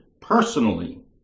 personally